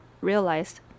realized